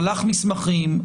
שלח מסמכים,